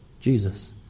Jesus